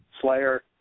Slayer